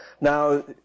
Now